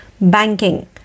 Banking